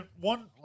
One